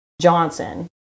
Johnson